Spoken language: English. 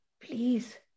please